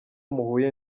muhuye